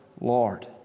Lord